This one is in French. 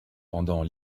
pendant